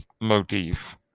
motif